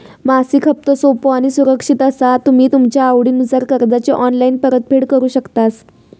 मासिक हप्तो सोपो आणि सुरक्षित असा तुम्ही तुमच्या आवडीनुसार कर्जाची ऑनलाईन परतफेड करु शकतास